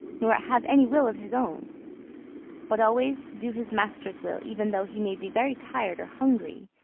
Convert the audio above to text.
nor have any will of his own but always do his master's will, even though he may be very tired or hungry